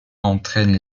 entraînent